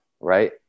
right